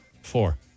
Four